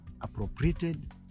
appropriated